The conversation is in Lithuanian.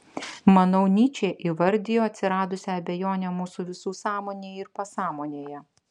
manau nyčė įvardijo atsiradusią abejonę mūsų visų sąmonėje ir pasąmonėje